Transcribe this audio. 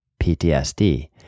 PTSD